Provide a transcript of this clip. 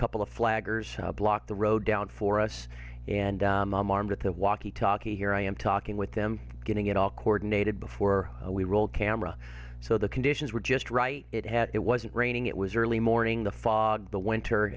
couple of flaggers block the road down for us and i'm armed with the walkie talkie here i am talking with them getting it all coordinated before we roll camera so the conditions were just right it had it wasn't raining it was early morning the fog the winter